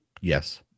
Yes